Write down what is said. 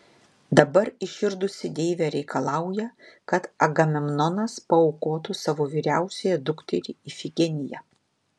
dabar įširdusi deivė reikalauja kad agamemnonas paaukotų savo vyriausiąją dukterį ifigeniją